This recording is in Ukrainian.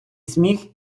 сміх